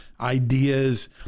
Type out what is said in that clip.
ideas